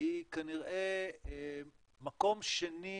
היא כנראה מקום שני